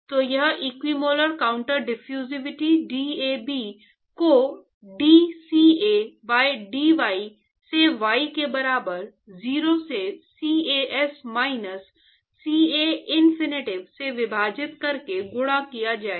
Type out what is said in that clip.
तो यह equimolar counter diffusivity DAB को d CA by dy से y के बराबर 0 से CAS माइनस CA इनफिनिटी से विभाजित करके गुणा किया जाएगा